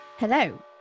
Hello